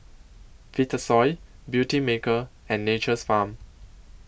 Vitasoy Beautymaker and Nature's Farm